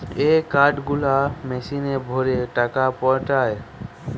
এ card গুলা মেশিনে ভরে টাকা পায়টে